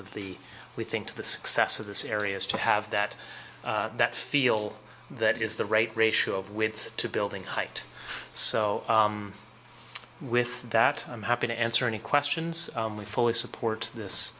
of the we think to the success of this area is to have that that feel that is the right ratio of with to building height so with that i'm happy to answer any questions we fully support this